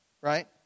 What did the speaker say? right